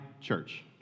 church